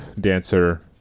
dancer